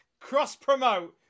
cross-promote